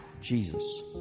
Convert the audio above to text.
Jesus